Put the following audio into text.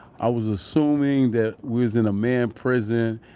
i was assuming that we was in a man's prison,